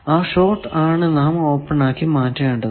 ആ ഷോർട് ആണ് നാം ഓപ്പൺ ആക്കി മാറ്റേണ്ടത്